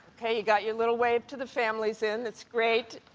you got your little wave to the families in. that's great.